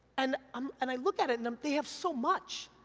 and um and i look at it and i'm, they have so much,